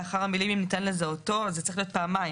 לאחר המילים "אם ניתן לזהותו"" זה צריך להיות פעמיים,